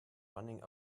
running